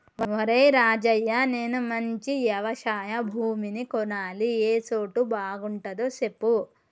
ఒరేయ్ రాజయ్య నేను మంచి యవశయ భూమిని కొనాలి ఏ సోటు బాగుంటదో సెప్పు